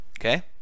Okay